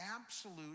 absolute